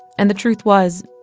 and the truth was,